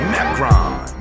Macron